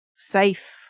safe